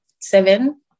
seven